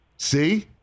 See